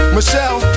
Michelle